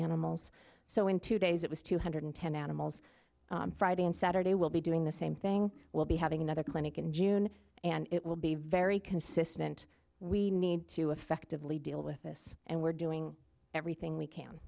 animals so in two days it was two hundred ten animals friday and saturday will be doing the same thing will be having another clinic in june and it will be very consistent we need to effectively deal with this and we're doing everything we can